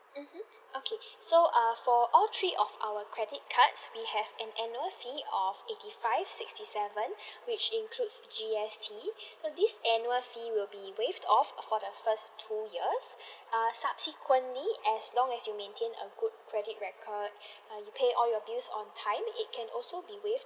mmhmm okay so uh for all three of our credit cards we have an annual fee of eighty five sixty seven which includes G_S_T so this annual fee would be waived off for the first two years uh subsequently as long as you maintain a good credit record uh you pay all your bills on time it can also be waived